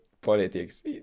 politics